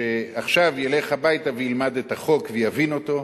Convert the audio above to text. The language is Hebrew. שעכשיו ילך הביתה וילמד את החוק, ויבין אותו.